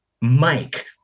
Mike